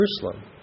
Jerusalem